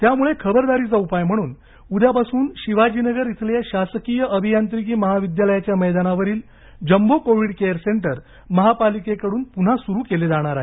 त्यामुळे खबरदारीचा उपाय म्हणून उद्यापासून शिवाजीनगर इथल्या शासकीय अभियांत्रिकी महाविद्यालयाच्या मैदानावरील जम्बो कोविड केअर सेंटर महापालिकेकडून पुन्हा सुरू केले जाणार आहे